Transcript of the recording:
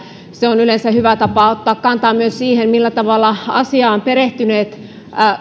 se on yleensä hyvä tapa ottaa kantaa myös siihen millä tavalla asiaan perehtyneet